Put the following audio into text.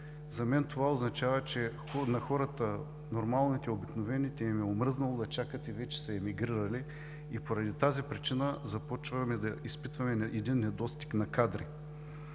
За мен това означава, че на нормалните обикновени хора им е омръзнало да чакат и вече са емигрирали. Поради тази причина започваме да изпитваме недостиг на кадри.